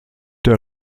der